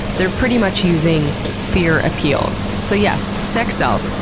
they're pretty much using fear appeals. so yes, sex sells,